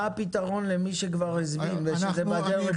מה הפתרון למי שכבר הזמין ושילם וזה בדרך לפה?